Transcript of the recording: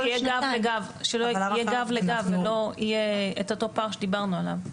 כדי שיהיה גב לגב ולא יהיה אותו פער שדיברנו עליו.